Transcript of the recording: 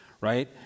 right